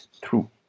True